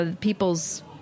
people's